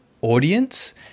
audience